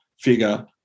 figure